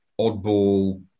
oddball